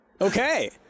Okay